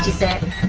set